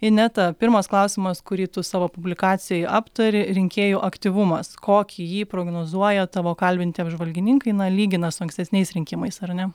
ineta pirmas klausimas kurį tu savo publikacijoj aptari rinkėjų aktyvumas kokį jį prognozuoja tavo kalbinti apžvalgininkai na lygina su ankstesniais rinkimais ar ne